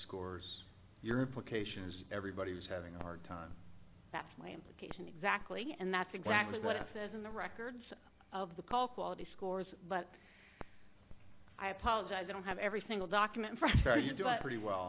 scores your applications everybody's having a hard time that's my implication exactly and that's exactly what it says in the records of the call quality scores but i apologize i don't have every single document from